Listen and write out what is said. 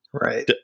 Right